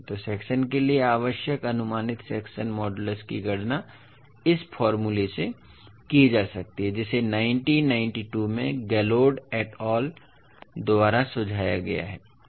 तो सेक्शन के लिए आवश्यक अनुमानित सेक्शन मॉडूलस की गणना इस फार्मूला से की जा सकती है जिसे 1992 में Galord et al द्वारा सुझाया गया है